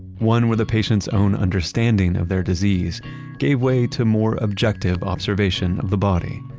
one where the patient's own understanding of their disease gave way to more objective observation of the body.